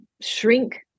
shrink